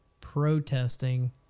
protesting